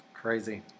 Crazy